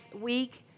week